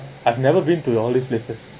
I've never been to your all this